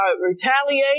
retaliate